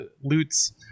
loots